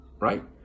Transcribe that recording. right